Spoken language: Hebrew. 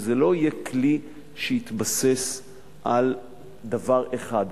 וזה לא יהיה כלי שיתבסס על דבר אחד,